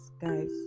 guys